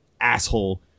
asshole